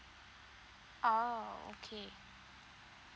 oh okay